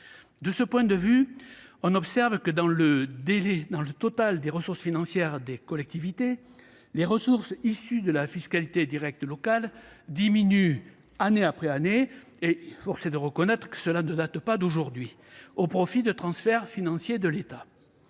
De ce point de vue, on observe que, dans le total des ressources financières des collectivités, les ressources issues de la fiscalité directe locale diminuent année après année- force est de reconnaître que cela ne date pas d'aujourd'hui -, au profit de transferts financiers de l'État.